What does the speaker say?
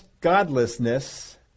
godlessness